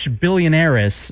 billionaires